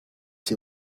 see